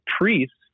priests